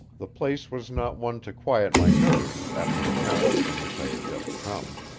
the place was not one to quiet my nerves after the errand from which i had just come.